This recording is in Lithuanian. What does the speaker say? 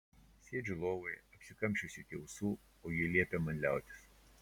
sėdžiu lovoje apsikamšiusi iki ausų o ji liepia man liautis